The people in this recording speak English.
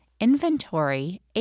inventory